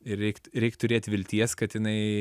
ir reikt reik turėt vilties kad jinai